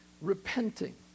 Repenting